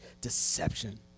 deception